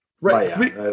Right